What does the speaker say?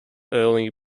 early